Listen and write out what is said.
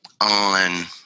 on